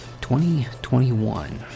2021